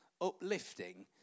uplifting